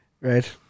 Right